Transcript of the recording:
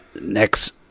next